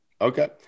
Okay